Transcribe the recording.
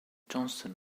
johnston